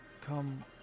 come